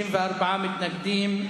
34 מתנגדים,